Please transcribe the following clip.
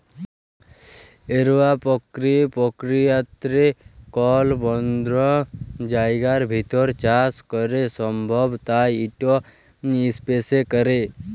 এরওপলিক্স পর্কিরিয়াতে কল বদ্ধ জায়গার ভিতর চাষ ক্যরা সম্ভব তাই ইট ইসপেসে ক্যরে